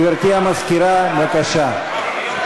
גברתי המזכירה, בבקשה.